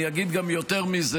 אני אגיד גם יותר מזה,